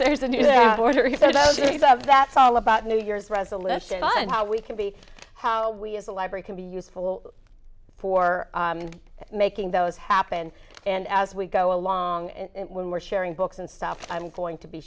there's a new order that's all about new year's resolution on how we can be how we as a library can be useful for making those happen and as we go along and when we're sharing books and stuff i'm going to be